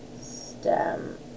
stem